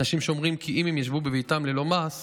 אנשים שאומרים כי אם הם ישבו בביתם ללא מעש